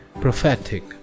prophetic